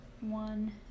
One